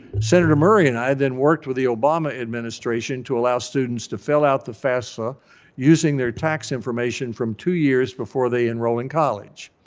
senator murray and i then worked with the obama administration to allow students to fill out the fafsa using their tax information from two years before they enroll in college,